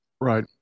Right